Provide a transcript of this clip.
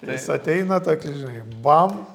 tai jis ateina tokį žinai bam